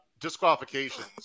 disqualifications